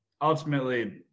ultimately